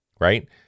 right